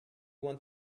want